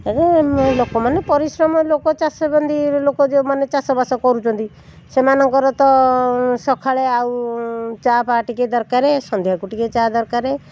ଏବଂ ଲୋକମାନେ ପରିଶ୍ରମ ଲୋକ ଚାଷ ବନ୍ଦି ଲୋକ ଯେଉଁମାନେ ଚାଷବାସ କରୁଚନ୍ତି ସେମାନଙ୍କର ତ ସକାଳେ ଆଉ ଚା' ଫା ଟିକେ ଦରକାର ସନ୍ଧ୍ୟାକୁ ଟିକେ ଚା' ଦରକାର